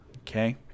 Okay